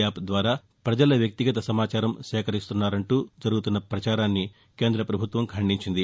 app ద్వారా ప్రజల వ్యక్తిగత సమాచారం సేకరిస్తున్నారని జరుగుతున్న పచారాన్ని కేంద్ర ప్రపభుత్వం ఖండించింది